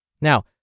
Now